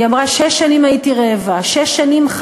היא אמרה: שש שנים הייתי רעבה,